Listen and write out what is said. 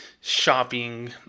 shopping